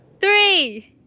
three